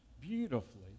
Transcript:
beautifully